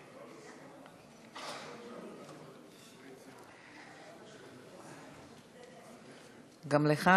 גם לך,